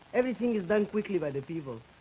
everything is done quickly by the people.